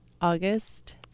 August